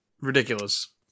Ridiculous